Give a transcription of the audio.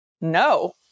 No